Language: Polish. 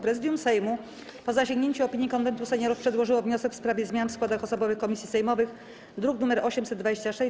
Prezydium Sejmu, po zasięgnięciu opinii Konwentu Seniorów, przedłożyło wniosek w sprawie zmian w składach osobowych komisji sejmowych, druk nr 826.